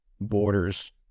borders